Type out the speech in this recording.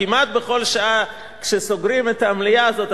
כמעט בכל שעה כשסוגרים את המליאה הזאת,